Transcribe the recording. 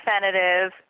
definitive